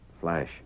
Flash